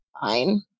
fine